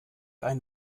ein